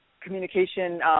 communication